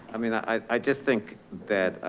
i mean, i i just think that,